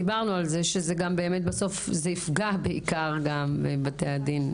דיברנו על זה שזה באמת בסוף יפגע בעיקר בבתי הדין,